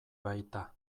baita